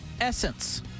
essence